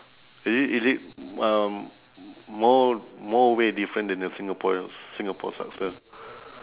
is it is it um more more way different than the singaporean singapore's laksa